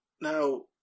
Now